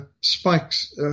spikes